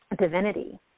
divinity